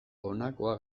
honakoa